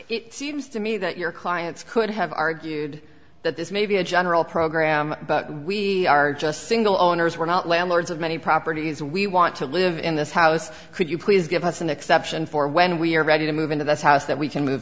it seems to me that your clients could have argued that this may be a general program but we are just single owners we're not landlords of many properties we want to live in this house could you please give us an exception for when we are ready to move into that house that we can move